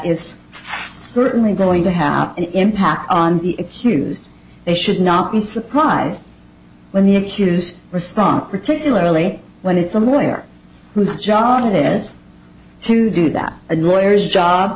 is certainly going to have an impact on the excuse they should not be surprised when the accused response particularly when it's somewhere whose job it is to do that a